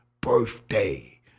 birthday